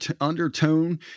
undertone